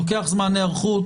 לוקח זמן היערכות.